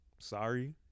sorry